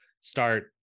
start